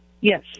Yes